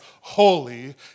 holy